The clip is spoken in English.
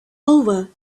over